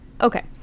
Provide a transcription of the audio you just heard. Okay